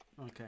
okay